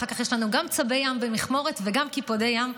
אחר כך יש לנו גם צבי ים במכמורת וגם קיפודי ים.